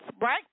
right